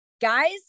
guys